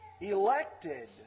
Elected